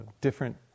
different